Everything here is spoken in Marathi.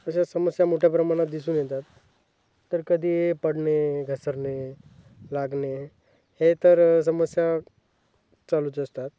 अशा समस्या मोठ्या प्रमाणात दिसून येतात तर कधी पडणे घसरणे लागणे हे तर समस्या चालूच असतात